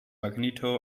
magneto